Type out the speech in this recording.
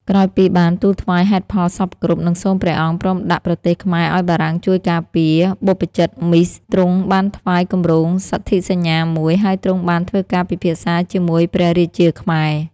ក្រោយពីបានទូលថ្វាយហេតុផលសព្វគ្រប់ និងសូមព្រះអង្គព្រមដាក់ប្រទេសខ្មែរឱ្យបារាំងជួយការពារ បព្វជិតមីស ទ្រង់បានថ្វាយគម្រោងសន្ធិសញ្ញាមួយ ហើយទ្រង់បានធ្វើការពិភាក្សាជាមួយព្រះរាជាខ្មែរ។